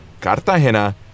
Cartagena